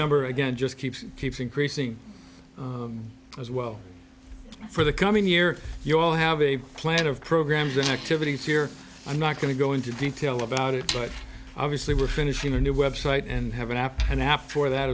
number again just keeps keeps increasing as well for the coming year you all have a plan of programs and activities here i'm not going to go into detail about it but obviously we're finishing a new website and have an app an app for that